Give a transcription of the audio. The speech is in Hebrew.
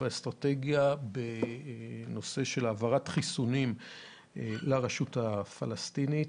ואסטרטגיה בנושא של העברת חיסונים לרשות הפלסטינית.